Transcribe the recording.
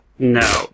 No